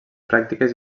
pràctiques